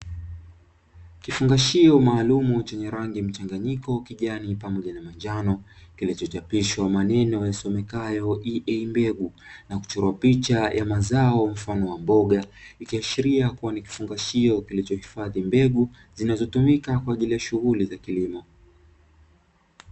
Kifungashio maalumu chenye rangi mchanganyiko kijani pamoja na manjano kinachochapishwa maneno yasomekayo " EA mbegu" na kuchora picha ya mazao mfano wa mboga, ikiashiria kuwa ni kifungashio kinachohifadhi mbegu zinazotumika kwa ajili ya shughuli za kilimo.